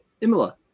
Imola